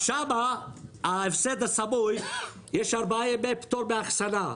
שם בהפסד הסמוי הוא ארבעה ימי פטור מאחסנה.